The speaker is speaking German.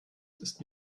ist